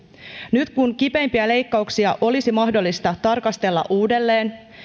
nyt kun kipeimpiä leikkauksia olisi mahdollista tarkastella uudelleen